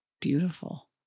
beautiful